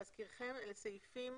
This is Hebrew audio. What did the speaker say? להזכירכם, אלה סעיפים